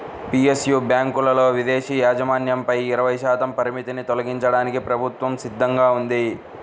PSU బ్యాంకులలో విదేశీ యాజమాన్యంపై ఇరవై శాతం పరిమితిని తొలగించడానికి ప్రభుత్వం సిద్ధంగా ఉంది